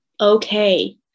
okay